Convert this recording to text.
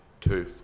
two